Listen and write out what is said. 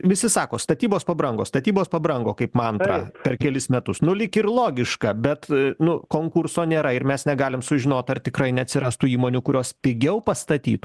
visi sako statybos pabrango statybos pabrango kaip mantrą per kelis metus nu lyg ir logiška bet nu konkurso nėra ir mes negalim sužinot ar tikrai neatsirastų įmonių kurios pigiau pastatytų